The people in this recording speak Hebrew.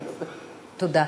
תודה.